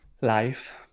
Life